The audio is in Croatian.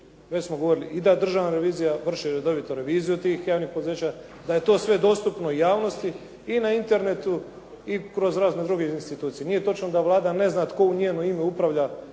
Već smo govorili i da državna revizija vrši redovito reviziju tih javnih poduzeća, da je to sve dostupno i javnosti i na internetu i kroz razne druge institucije. Nije točno da Vlada ne zna tko u njeno ime upravlja